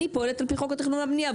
אני פועלת על פי חוק התכנון והבנייה.